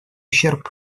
ущерб